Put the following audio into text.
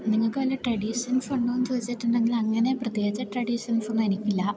നിങ്ങള്ക്ക് വല്ല ട്രഡീഷൻസുമുണ്ടോയെന്ന് ചോദിച്ചിട്ടുണ്ടെങ്കില് അങ്ങനെ പ്രത്യേകിച്ച് ട്രഡീഷൻസൊന്നും എനിക്കില്ല